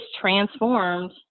transformed